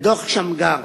בדוח-שמגר,